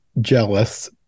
jealous